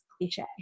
cliche